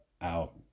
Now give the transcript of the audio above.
out